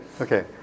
Okay